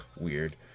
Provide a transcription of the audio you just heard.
weird